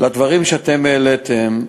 לגבי הדברים שאתם העליתם.